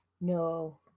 No